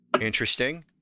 Interesting